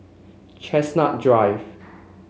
Chestnut Drive